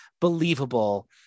believable